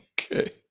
Okay